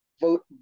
vote